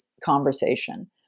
conversation